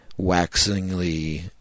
waxingly